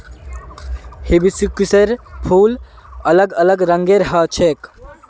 हिबिस्कुसेर फूल अलग अलग रंगेर ह छेक